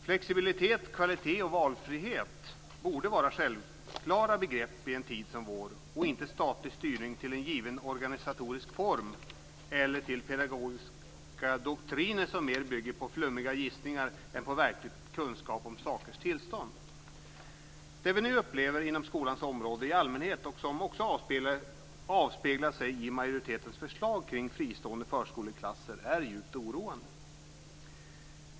Flexibilitet, kvalitet och valfrihet borde vara självklara begrepp i en tid som vår och inte statlig styrning till en given organisatorisk form eller till pedagogiska doktriner som mer bygger på flummiga gissningar än på verklig kunskap om sakers tillstånd. De som vi nu upplever inom skolans område i allmänhet och som också avspeglar sig i majoritetens förslag kring fristående förskoleklasser är djupt oroande.